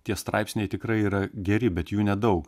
tie straipsniai tikrai yra geri bet jų nedaug